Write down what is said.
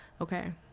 Okay